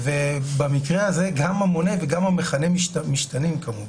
ובמקרה הזה גם המונה וגם המכנה משתנים, כמובן.